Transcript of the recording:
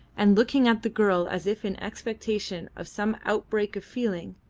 and looking at the girl as if in expectation of some outbreak of feeling.